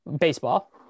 baseball